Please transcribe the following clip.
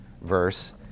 verse